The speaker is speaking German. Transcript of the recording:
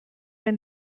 ein